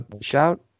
Shout